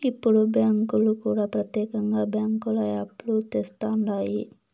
ఇప్పుడు బ్యాంకులు కూడా ప్రత్యేకంగా బ్యాంకుల యాప్ లు తెస్తండాయి